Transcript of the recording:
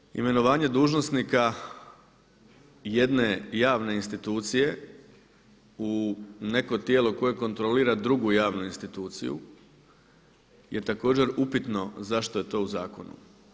Također imenovanje dužnosnika jedne javne institucije u neko tijelo koje kontrolira drugu javnu instituciju je također upitno zašto je to u zakonu.